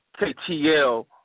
KTL